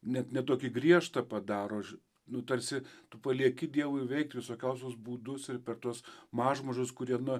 net ne tokį griežtą padaro nu tarsi tu palieki dievui veikti visokiausius būdus ir per tuos mažmužus kurie nu